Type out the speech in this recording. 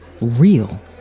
real